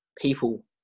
people